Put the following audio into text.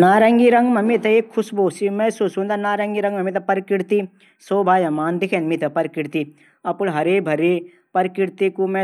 मि संगीत समारोह मा जाण पःसद करदू। किले की थुडा